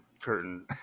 curtain